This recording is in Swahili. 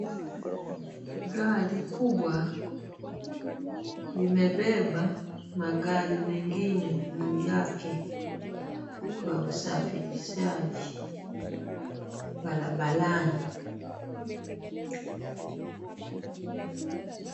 Gari kubwa limebeba magari mengine juu yake kwa usafirishaji barabarani.